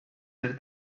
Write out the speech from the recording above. ser